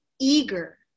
eager